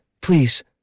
please